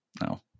No